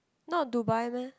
not Dubai meh